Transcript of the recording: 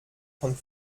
von